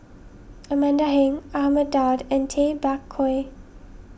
Amanda Heng Ahmad Daud and Tay Bak Koi